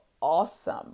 awesome